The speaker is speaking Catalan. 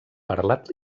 parlat